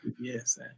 Yes